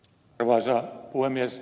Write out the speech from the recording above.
arvoisa puhemies